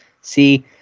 See